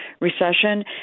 recession